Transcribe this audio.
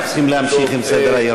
אנחנו צריכים להמשיך עם סדר-היום.